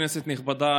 כנסת נכבדה,